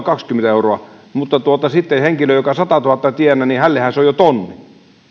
kaksikymmentä euroa mutta sitten henkilölle joka satatuhatta tienaa sehän on jo tonni